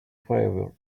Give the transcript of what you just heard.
favor